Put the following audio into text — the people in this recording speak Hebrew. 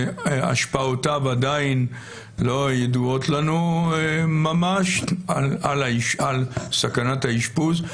שהשפעותיו עדיין לא ידועות לנו ממש על סכנת האשפוז,